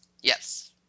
Yes